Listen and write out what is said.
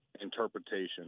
interpretation